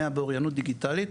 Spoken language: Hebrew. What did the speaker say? מאה באוריינות דיגיטליות,